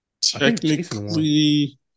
technically